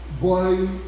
boy